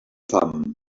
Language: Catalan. fam